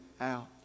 out